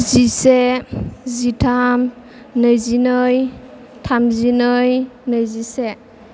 जिसे जिथाम नैजिनै थामजिनै नैजिसे